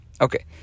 Okay